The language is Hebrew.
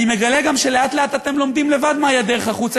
אני מגלה גם שלאט-לאט אתם לומדים לבד מהי הדרך החוצה,